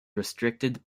restricted